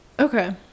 okay